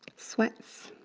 sweats